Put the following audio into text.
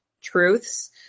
truths